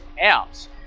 out